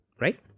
right